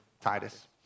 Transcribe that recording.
Titus